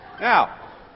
Now